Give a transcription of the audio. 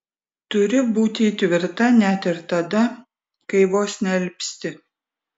turi būti tvirta net ir tada kai vos nealpsti